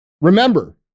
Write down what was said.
remember